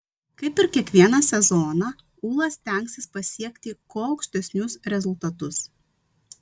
kaip ir kiekvieną sezoną ūla stengsis pasiekti kuo aukštesnius rezultatus